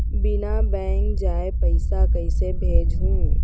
बिना बैंक जाए पइसा कइसे भेजहूँ?